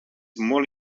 molt